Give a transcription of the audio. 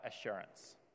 assurance